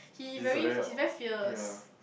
she's a very uh ya